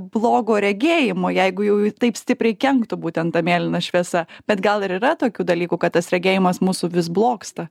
blogo regėjimo jeigu jau taip stipriai kenktų būtent ta mėlyna šviesa bet gal ir yra tokių dalykų kad tas regėjimas mūsų vis blogsta